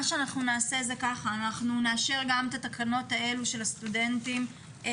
אנחנו נאשר גם את התקנות האלה של הסטודנטים לשבוע.